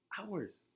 hours